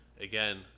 again